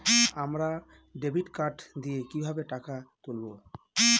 আমরা debit card দিয়ে কিভাবে টাকা তুলবো?